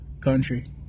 country